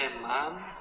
mom